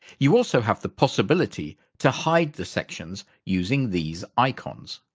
you also have the possibility to hide the sections using these icons.